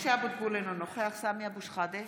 משה אבוטבול, אינו נוכח סמי אבו שחאדה,